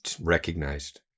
recognized